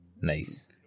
Nice